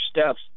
steps